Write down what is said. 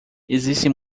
existem